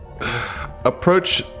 approach